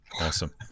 Awesome